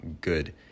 good